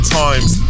times